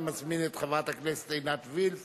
אני מזמין את חברת הכנסת עינת וילף